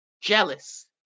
jealous